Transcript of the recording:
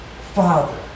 Father